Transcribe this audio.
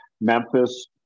Memphis